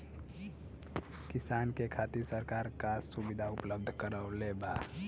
किसान के खातिर सरकार का सुविधा उपलब्ध करवले बा?